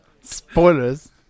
Spoilers